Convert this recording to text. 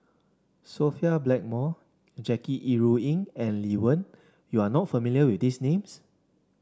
Sophia Blackmore Jackie Yi Ru Ying and Lee Wen you are not familiar with these names